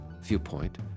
Viewpoint